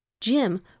Jim